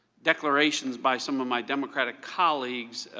declarations by some of my democratic colleagues,